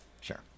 sure